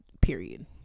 period